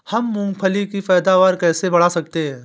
हम मूंगफली की पैदावार कैसे बढ़ा सकते हैं?